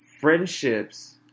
friendships